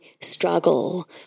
struggle